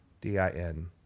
D-I-N